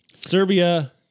Serbia